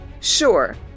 Sure